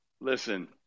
listen